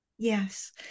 Yes